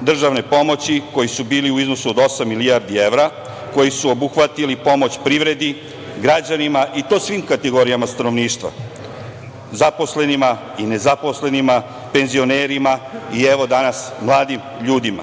državne pomoći koji su bili u iznosu od osam milijardi evra, koji su obuhvatili pomoć privredi, građanima, i to svim kategorijama stanovništva, zaposlenima i nezaposlenima, penzionerima i danas mladim ljudima.